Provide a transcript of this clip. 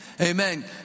Amen